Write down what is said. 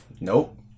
Nope